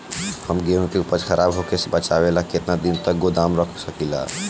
हम गेहूं के उपज खराब होखे से बचाव ला केतना दिन तक गोदाम रख सकी ला?